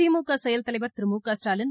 திமுக செயல் தலைவர் திரு மு க ஸ்டாலின்